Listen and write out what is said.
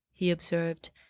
he observed,